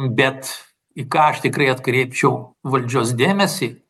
bet į ką aš tikrai atkreipčiau valdžios dėmesį